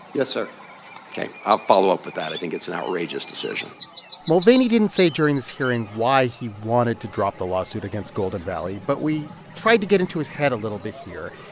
yes, sir ok. i'll follow up with that. i think it's an outrageous decision mulvaney didn't say during this hearing why he wanted to drop the lawsuit against golden valley, but we tried to get into his head a little bit here.